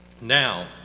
Now